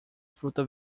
fruta